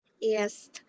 Yes